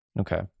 okay